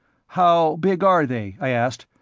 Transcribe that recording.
how big are they? i asked.